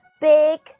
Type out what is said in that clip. big